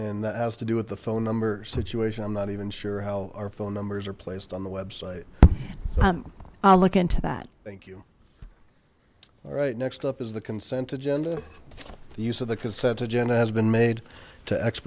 and that has to do with the phone number situation i'm not even sure how our phone numbers are placed on the website i'll look into that thank you all right next up is the consent agenda use of the consent agenda has been made to